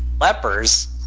lepers